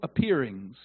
appearings